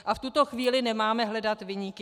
A v tuto chvíli nemáme hledat viníky.